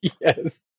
Yes